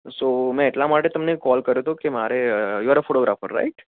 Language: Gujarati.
સો મેં એટલા માટે તમને કોલ કર્યો હતો કે મારે you are a photographer right